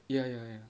ya ya ya